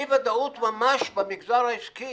אי-ודאות ממש במגזר העסקי